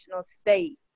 state